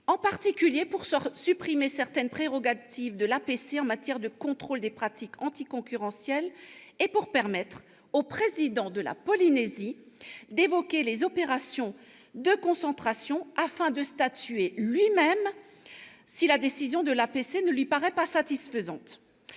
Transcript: en particulier pour supprimer certaines prérogatives de l'APC en matière de contrôle des pratiques anticoncurrentielles et pour permettre au Président de la Polynésie d'évoquer les opérations de concentration afin de statuer lui-même si la décision de l'APC ne lui paraît pas satisfaisante.